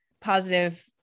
positive